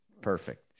Perfect